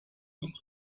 comme